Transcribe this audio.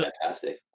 fantastic